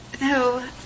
No